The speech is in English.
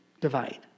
divide